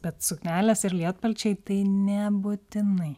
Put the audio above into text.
bet suknelės ir lietpalčiai tai nebūtinai